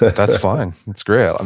that's fine, that's great. and